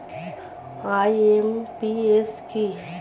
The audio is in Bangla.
আই.এম.পি.এস কি?